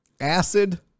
acid